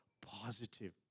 positive